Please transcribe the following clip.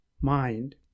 mind